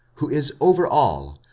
who is over all,